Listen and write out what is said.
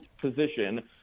position